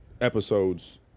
episodes